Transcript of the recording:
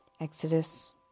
Exodus